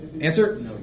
Answer